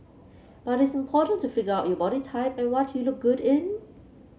but it's important to figure out your body type and what you look good in